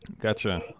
gotcha